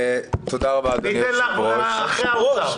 אני אתן לך אחרי האוצר,